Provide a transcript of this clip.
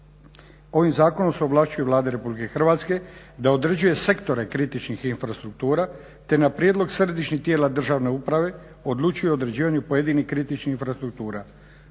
Ovim Zakonom se ovlašćuje Vlada Republike Hrvatske da određuje sektore kritičnih infrastruktura te na prijedlog središnjih tijela državne uprave odlučuje o određivanju pojedinih kritičnih infrastruktura.